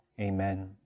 amen